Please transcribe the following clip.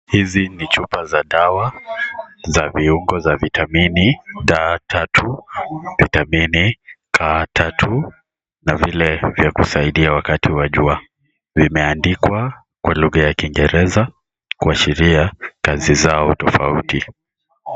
Hizi ni chupa za dawa za viungo za vitamini D3 , vitamini D3 na vile vya kusaidia wakati wa jua, imeandikwa Kwa lugha ya kingereza kuashiria kazi zao tofauti.